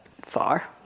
far